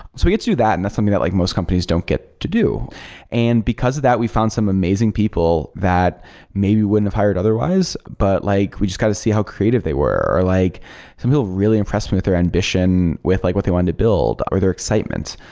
so we get to that, and something that like most companies don't get to do it. and because of that we found some amazing people that maybe we wouldn't have hired otherwise, but like we just got to see how creative they were, or like some people really impressed me with their ambition with like what they wanted to build, or their excitement.